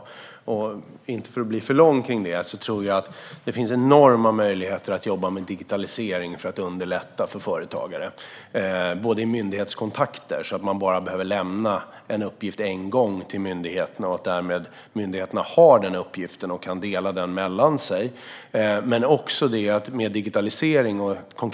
Jag ska inte bli för långrandig, men jag tror att det finns enorma möjligheter att jobba med digitalisering för att underlätta för företagare. Det gäller vid myndighetskontakter så att man bara behöver lämna en uppgift en gång till myndigheterna. När myndigheterna sedan har den uppgiften kan de dela den mellan sig.